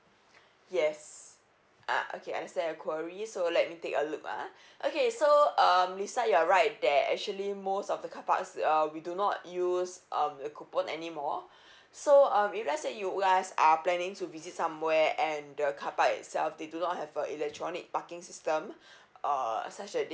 yes ah okay I understand your queries so let me take a look ah okay so um lisa you're right that actually most of the carparks uh we do not use um coupon anymore so um if let's say you guys are planning to visit somewhere and the carpark itself they do not have a electronic parking system or such that they